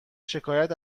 شکایت